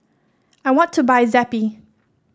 I want to buy Zappy